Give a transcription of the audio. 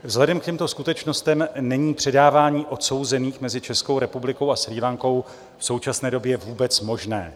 Vzhledem k těmto skutečnostem není předávání odsouzených mezi Českou republikou a Srí Lankou v současné době vůbec možné.